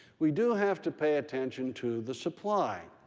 we do have to pay attention to the supply,